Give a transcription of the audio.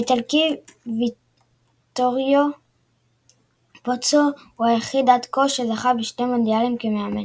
האיטלקי ויטוריו פוצו הוא היחיד עד כה שזכה בשני מונדיאלים כמאמן.